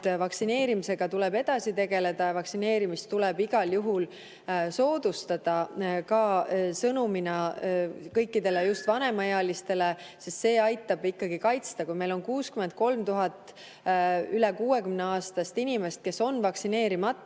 vaktsineerimisega tuleb edasi tegeleda. Vaktsineerimist tuleb igal juhul soodustada, ka sõnumina just kõikidele vanemaealistele, sest see aitab kaitsta. Kui meil on 63 000 üle 60-aastast inimest, kes on vaktsineerimata,